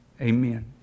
amen